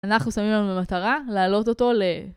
אנחנו שמים לנו במטרה, להעלות אותו ל...